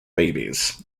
babies